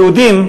היהודים,